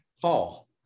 fall